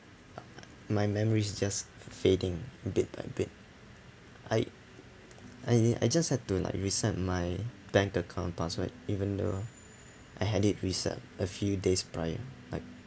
uh my memories is just fading bit by bit I I I just had to like reset my bank account password even though I had it reset a few days prior like